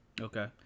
Okay